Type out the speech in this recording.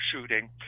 shooting